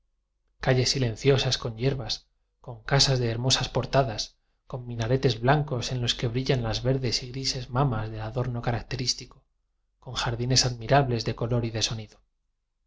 calles silenciosas con hierbas con casas de hermosas portadas biblioteca nacional de españa con minaretes blancos en los que brillan las verdes y grises mamas del adorno ca racterístico con jardines admirables de co lor y de sonido